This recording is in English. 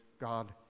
God